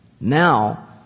Now